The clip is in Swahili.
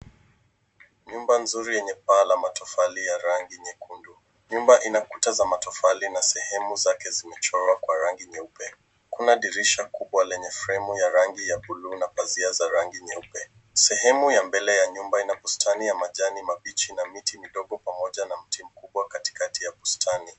Nyumba nzuri yenye paa la matofali ya rangi nyekundu. Nyumba ina kuta za matofali na sehemu zake zimechorwa kwa rangi nyeupe. Kuna dirisha kubwa lenye fremu ya rangi ya buluu na pazia za rangi nyeupe. Sehemu ya mbele ya nyumba ina bustani ya majani mabichi na miti midogo pamoja na mti mkubwa katikati ya bustani.